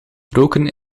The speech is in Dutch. roken